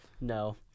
No